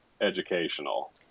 educational